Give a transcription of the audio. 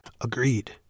Agreed